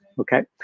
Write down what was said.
Okay